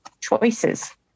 choices